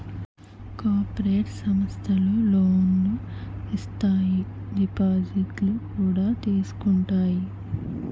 cooperative సమస్థలు లోనులు ఇత్తాయి దిపాజిత్తులు కూడా తీసుకుంటాయి